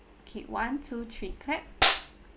okay one two three clap